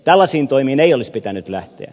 tällaisiin toimiin ei olisi pitänyt lähteä